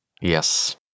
Yes